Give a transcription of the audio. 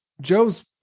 joe's